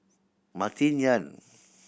Martin Yan